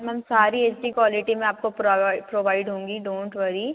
ma'am सारी H D quality में आपको प्रोवाइड होंगी डोन्ट वरी